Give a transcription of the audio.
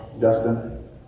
Dustin